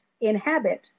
inhabit